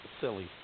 silly